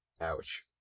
ouch